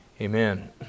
Amen